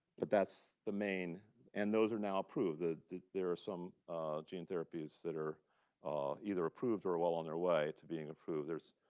but that's the main and those are now approved. there are some gene therapies that are are either approved or are well on their way to being approved. there's